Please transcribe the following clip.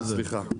סליחה.